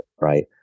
right